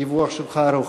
הדיווח שלך ארוך.